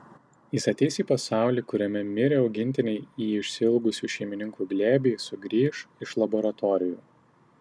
jis ateis į pasaulį kuriame mirę augintiniai į išsiilgusių šeimininkų glėbį sugrįš iš laboratorijų